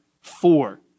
four